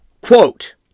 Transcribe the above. Quote